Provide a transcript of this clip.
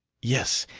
yes,